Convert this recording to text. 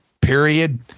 period